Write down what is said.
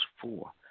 four